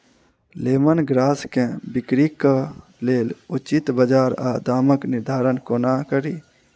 Lemon grass केँ बिक्रीक लेल उचित बजार आ दामक निर्धारण कोना कड़ी?